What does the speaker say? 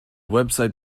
website